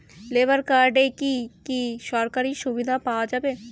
Labour কার্ডে কি কি সরকারি সুবিধা পাওয়া যাবে?